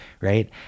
right